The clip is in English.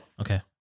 Okay